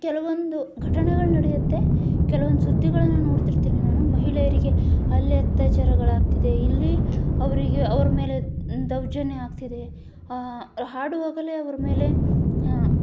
ಕೆಲವೊಂದು ಘಟನೆಗಳು ನಡೆಯುತ್ತೆ ಕೆಲವೊಂದು ಸುದ್ದಿಗಳನ್ನು ನೋಡ್ತಿರ್ತೀನಿ ನಾನು ಮಹಿಳೆಯರಿಗೆ ಅಲ್ಲಿ ಅತ್ಯಾಚಾರಗಳಾಗ್ತಿದೆ ಇಲ್ಲಿ ಅವರಿಗೆ ಅವರ ಮೇಲೆ ದೌರ್ಜನ್ಯ ಆಗ್ತಿದೆ ಹಾಡು ಹಗಲೇ ಅವರ ಮೇಲೆ